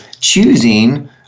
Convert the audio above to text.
choosing